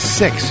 six